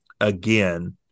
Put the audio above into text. again